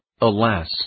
alas